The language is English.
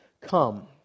come